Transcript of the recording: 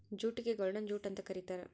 ಜೂಟಿಗೆ golden jute ಅಂತ ಕರೀತಾರ